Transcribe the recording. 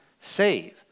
Save